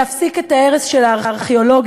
להפסיק את ההרס של הארכיאולוגיה,